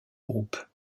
groupe